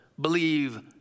believe